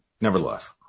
nevertheless